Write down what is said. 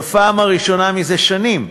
בפעם הראשונה מזה שנים,